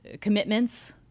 commitments